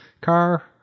car